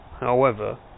However